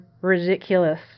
ridiculous